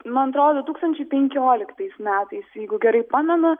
man atrodo du tūkstančiai penkioliktais metais jeigu gerai pamenu